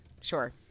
Sure